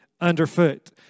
underfoot